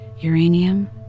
uranium